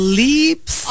leaps